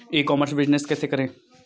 ई commerce business कैसे करें?